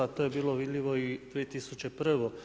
To je bilo vidljivo i 2001.